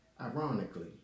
ironically